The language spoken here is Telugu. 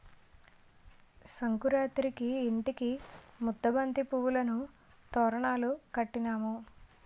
సంకురేతిరికి ఇంటికి ముద్దబంతి పువ్వులను తోరణాలు కట్టినాము